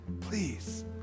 please